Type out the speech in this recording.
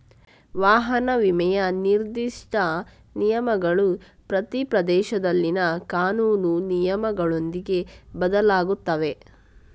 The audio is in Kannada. ವಾಹನ ವಿಮೆಯ ನಿರ್ದಿಷ್ಟ ನಿಯಮಗಳು ಪ್ರತಿ ಪ್ರದೇಶದಲ್ಲಿನ ಕಾನೂನು ನಿಯಮಗಳೊಂದಿಗೆ ಬದಲಾಗುತ್ತವೆ